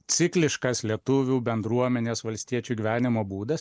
cikliškas lietuvių bendruomenės valstiečių gyvenimo būdas